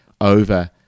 over